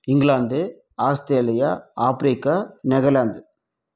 England Australia Africa Netherlands